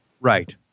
Right